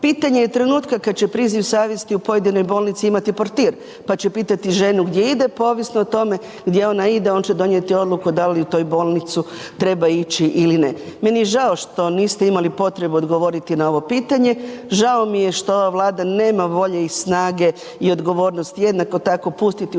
Pitanje je trenutka kad će priziv savjesti u pojedinim bolnici imati portir, pa će pitati ženu gdje ide, pa ovisno o tome, gdje ona ide, on će donijeti odluku da li u toj bolnicu treba ići ili ne. Meni je žao što niste imali potrebu odgovoriti na ovo pitanje, žao mi je što ova Vlada nema volje i snage i odgovornosti jednako tako pustiti u